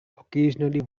occasionally